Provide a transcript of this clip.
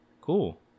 Cool